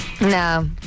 No